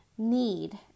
Need